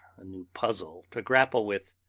a new puzzle to grapple with.